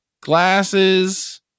glasses